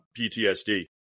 PTSD